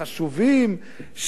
חשובים,